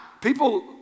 People